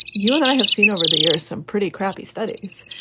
you and i have seen over the years some pretty crappy studies.